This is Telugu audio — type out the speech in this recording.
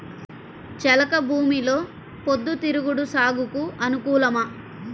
చెలక భూమిలో పొద్దు తిరుగుడు సాగుకు అనుకూలమా?